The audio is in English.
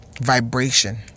vibration